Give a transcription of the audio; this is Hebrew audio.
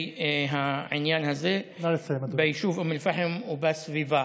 העניין הזה ביישוב אום אל-פחם ובסביבה.